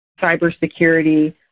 cybersecurity